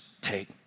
take